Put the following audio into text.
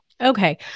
Okay